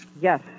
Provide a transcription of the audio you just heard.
Yes